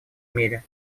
мире